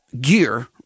gear